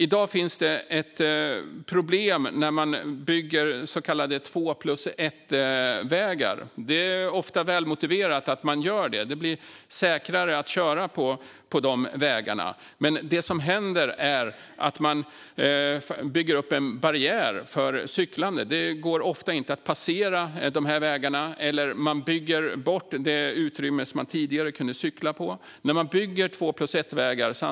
I dag finns det ett problem när man bygger så kallade två-plus-ett-vägar. Det är ofta välmotiverat att göra det; det blir säkrare att köra på dessa vägar. Men det som händer är att man bygger upp en barriär för cyklande. Det går ofta inte att passera dessa vägar. Man bygger bort det utrymme som tidigare gick att cykla på.